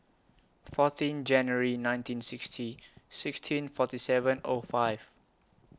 fourteen January nineteen sixty sixteen forty seven O five